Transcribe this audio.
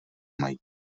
mají